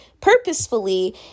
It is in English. purposefully